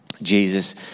Jesus